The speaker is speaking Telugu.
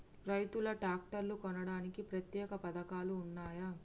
రైతులు ట్రాక్టర్లు కొనడానికి ప్రత్యేక పథకాలు ఉన్నయా?